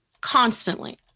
constantly